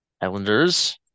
Islanders